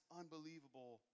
unbelievable